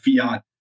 fiat